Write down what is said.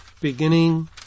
beginning